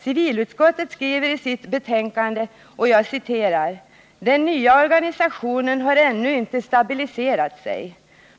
Civilutskottet skriver i sitt betänkande: ”Den nya organisationen har ännu knappt stabiliserat sig.